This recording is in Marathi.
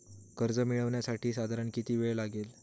कर्ज मिळविण्यासाठी साधारण किती वेळ लागेल?